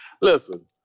Listen